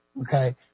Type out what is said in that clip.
Okay